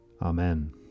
Amen